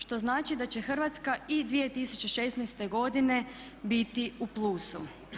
Što znači da će Hrvatska i 2016. godine biti u plusu.